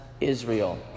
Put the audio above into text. Israel